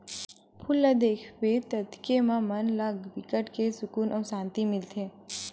फूल ल देखबे ततके म मन ला बिकट के सुकुन अउ सांति मिलथे